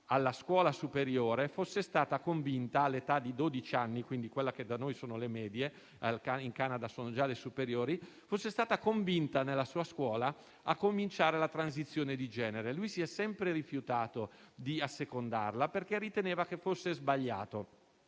alla scuola superiore, all'età di dodici anni - quelle che da noi sono le medie, in Canada sono già superiori - fosse stata convinta nella sua scuola a cominciare la transizione di genere. Egli si è sempre rifiutato di assecondarla, perché riteneva che fosse sbagliato.